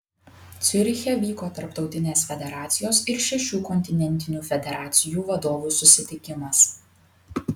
ciuriche vyko tarptautinės federacijos ir šešių kontinentinių federacijų vadovų susitikimas